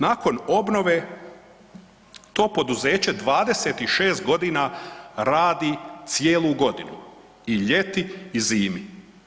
Nakon obnove to poduzeće 26 godina radi cijelu godinu i ljeti i zimi.